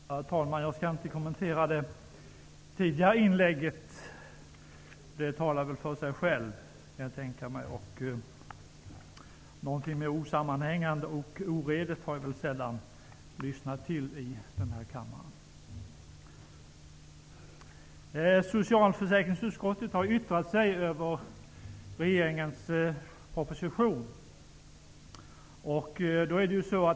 Herr talman! Jag behöver väl inte kommentera det föregående inlägget. Det talar säkerligen för sig själv. Men någonting så osammanhängande och oredigt har vi väl sällan lyssnat till i denna kammare. Socialförsäkringsutskottet har yttrat sig över regeringens proposition.